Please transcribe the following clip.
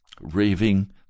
raving